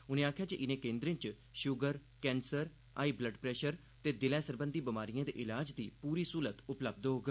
उनें आखेआ जे इनें केन्द्रें च sugar cancer high blood pressure ते दिलै सरबंधी बमारिएं दे इलाज दी पूरी स्हूलत उपलब्ध होग